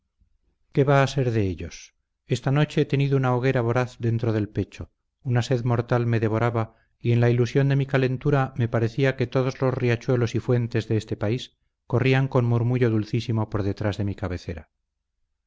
qué va a ser de ellos esta noche he tenido una hoguera voraz dentro del pecho una sed mortal me devoraba y en la ilusión de mi calentura me parecía que todos los riachuelos y fuentes de este país corrían con murmullo dulcísimo por detrás de mi cabecera